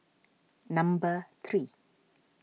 number three